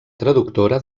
traductora